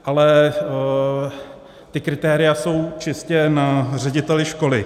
Ale ta kritéria jsou čistě na řediteli školy.